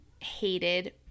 hated